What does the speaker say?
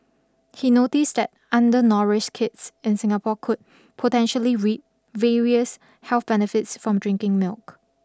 he noticed that undernourished kids in Singapore could potentially reap various health benefits from drinking milk